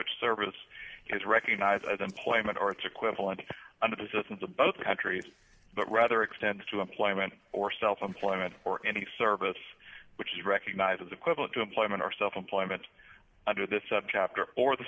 which service is recognized as employment or its equivalent of the citizens of both countries but rather extends to employment or self employment or any service which is recognized as equivalent to employment or self employment under this subject after or the